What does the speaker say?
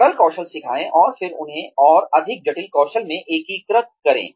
सरल कौशल सिखाए और फिर उन्हें और अधिक जटिल कौशल में एकीकृत करें